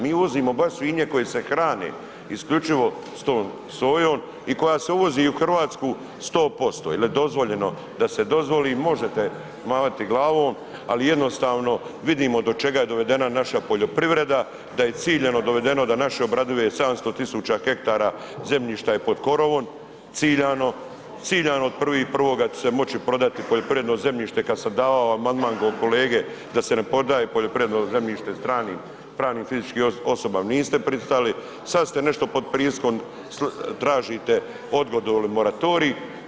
Mi uvozimo baš svinje koje se hrane isključivo s tom sojom i koja se uvozi u RH 100% jel je dozvoljeno da se dozvoli, možete mavati glavom, ali jednostavno vidimo do čega je dovedena naša poljoprivreda, da je ciljano dovedeno da naše obradive, 700 000 hektara zemljišta je pod korovom, ciljano, ciljano od 1.1. će se moći prodati poljoprivredno zemljište, kad sam davao amandman kod kolege da se ne prodaje poljoprivredno zemljište stranim pravnim i fizičkim osobama, niste pristali, sad ste nešto pod pritiskom, tražite odgodu ili moratorij.